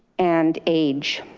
and age,